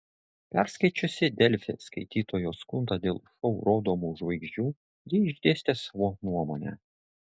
perskaičiusi delfi skaitytojo skundą dėl šou rodomų žvaigždžių ji išdėstė savo nuomonę